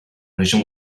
région